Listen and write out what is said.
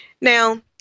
Now